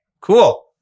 cool